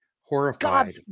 horrified